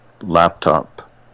laptop